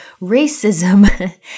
Racism